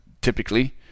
typically